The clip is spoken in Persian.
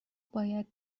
باید